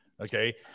okay